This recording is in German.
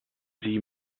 sie